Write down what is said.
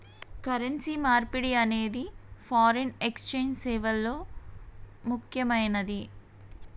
currency మార్పిడి అనేది foreign exchange సేవల్లో ముక్కెమైనది